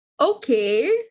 Okay